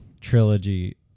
Trilogy